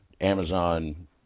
Amazon